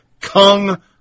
Kung